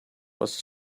was